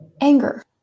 anger